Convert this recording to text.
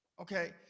Okay